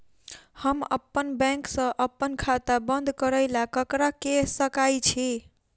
हम अप्पन बैंक सऽ अप्पन खाता बंद करै ला ककरा केह सकाई छी?